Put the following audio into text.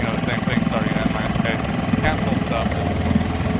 you know the same thing, starting at n minus k cancel stuff, this is what's left.